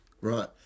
Right